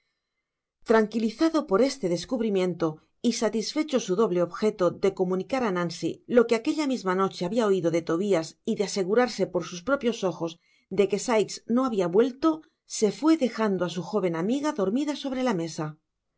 tranquilizado por este descubrimiento y satisfecho su doble objeto de comunicar á nancy lo que aquella misma noche habia oido de tobias y de asegurarse por sus propios ojos de que sikes no habia vuelto se fué dejando á su joven amiga dormi da sobre la mesa